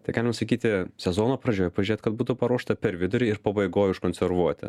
tai galima sakyti sezono pradžioj pažiūrėt kad būtų paruošta per vidurį ir pabaigoj užkonservuoti